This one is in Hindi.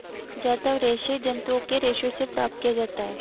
जांतव रेशे जंतुओं के रेशों से प्राप्त किया जाता है